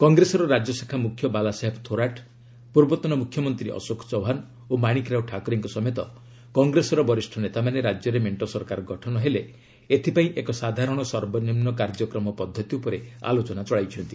କଂଗ୍ରେସର ରାଜ୍ୟଶାଖା ମୁଖ୍ୟ ବାଲାସାହେବ ଥୋରାଟ୍ ପୂର୍ବତନ ମୁଖ୍ୟମନ୍ତ୍ରୀ ଅଶୋକ ଚୌହାନ ଓ ମାଣିକ୍ ରାଓ ଠାକ୍ରେଙ୍କ ସମେତ କଂଗ୍ରେସର ବରିଷ୍ଠ ନେତାମାନେ ରାଜ୍ୟରେ ମେଣ୍ଟ ସରକାର ଗଠନ ହେଲେ ଏଥିପାଇଁ ଏକ ସାଧାରଣ ସର୍ବନିମ୍ନ କାର୍ଯ୍ୟକ୍ରମର ପଦ୍ଧତି ଉପରେ ଆଲୋଚନା ଚଳାଇଛନ୍ତି